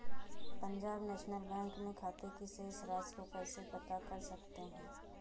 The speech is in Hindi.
पंजाब नेशनल बैंक में खाते की शेष राशि को कैसे पता कर सकते हैं?